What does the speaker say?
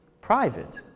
private